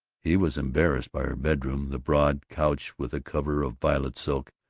he was embarrassed by her bedroom the broad couch with a cover of violet silk,